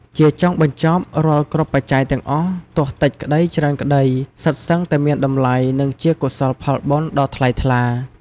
ជាចុងបញ្ចប់រាល់គ្រប់បច្ច័យទាំងអស់ ទោះតិចក្ដីច្រើនក្ដី សុទ្ធសឹងតែមានតម្លៃ និងជាកុសលផលបុណ្យដ៏ថ្លៃថ្លា។